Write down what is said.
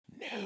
No